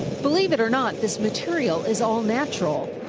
believe it or not, this material is all natural.